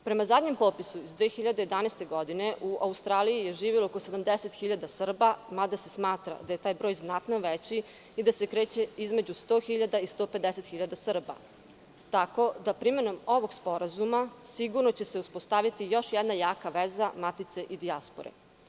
Prema zadnjem popisu iz 2011. godine, u Australiji živi oko 70.000 Srba, mada se smatra da je taj broj znatno veći i da se kreće između 100 i 150 hiljada Srba, tako da primenom ovog sporazuma sigurno će se uspostaviti još jedna jaka veza matice i dijaspore.